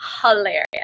hilarious